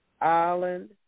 Island